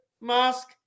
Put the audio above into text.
mask